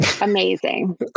amazing